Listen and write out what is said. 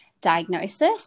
diagnosis